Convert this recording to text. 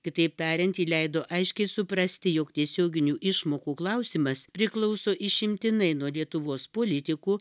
kitaip tariant ji leido aiškiai suprasti jog tiesioginių išmokų klausimas priklauso išimtinai nuo lietuvos politikų